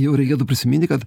jau reikėtų prisiminti kad